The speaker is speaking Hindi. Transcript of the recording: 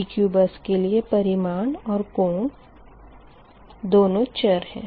PQ बस के लिए परिमाण और कोण दोनों चर है